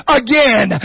again